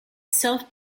self